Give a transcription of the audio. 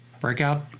Breakout